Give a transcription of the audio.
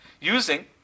Using